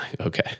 Okay